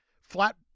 flat